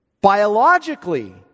biologically